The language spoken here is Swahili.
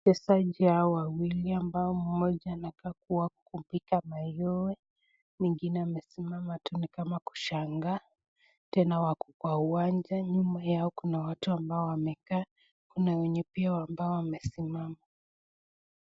Wachezaji hawa wawili ambao mmoja anakaa kuwa kupiga mayowe, mwingine amesimama tu ni kama kushangaa, tena wako kwa uwanja. Nyuma yao kuna watu ambao wamekaa, kuna wenye pia ambao wamesimama.